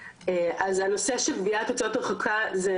זה נכון שבמשך השנים היו עם זה קשיים משפטיים